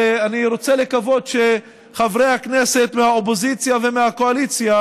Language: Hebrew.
ואני רוצה לקוות שחברי הכנסת מהאופוזיציה ומהקואליציה